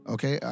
Okay